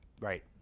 Right